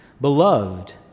Beloved